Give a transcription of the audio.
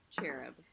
cherub